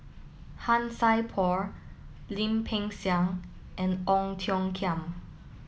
Han Sai Por Lim Peng Siang and Ong Tiong Khiam